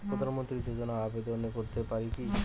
প্রধানমন্ত্রী যোজনাতে আবেদন করতে পারি কি?